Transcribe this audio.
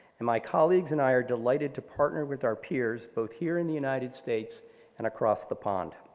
and my colleagues and i are delighted to partner with our peers both here in the united states and across the pond.